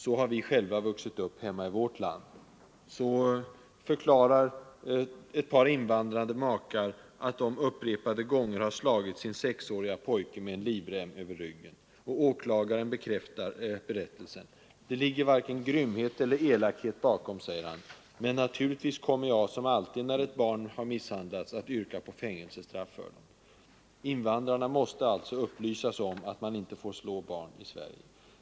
Så har vi själva vuxit upp hemma i vårt land.” — Så förklarar ett par invandrade makar att de upprepade gånger har slagit sin sexårige pojke med en livrem över ryggen. Åklagaren bekräftar berättelsen. ”Det ligger varken grymhet eller elakhet bakom”, säger han, ”men naturligtvis kommer jag, som alltid när ett barn har misshandlats, att yrka på fängelsestraff”. Invandrarna måste alltså upplysas om att man inte får slå barn i Sverige.